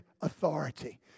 authority